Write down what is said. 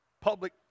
public